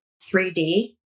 3D